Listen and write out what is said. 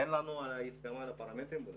אין לנו הסכמה על הפרמטרים בנוסחה.